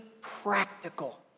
practical